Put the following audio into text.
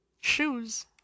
shoes